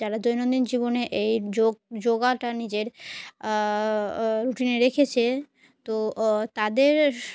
যারা দৈনন্দিন জীবনে এই যোগ যোগাটা নিজের রুটিনে রেখেছে তো তাদের